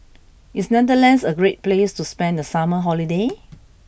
is Netherlands a great place to spend the summer holiday